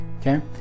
Okay